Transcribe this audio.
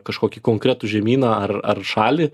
kažkokį konkretų žemyną ar ar šalį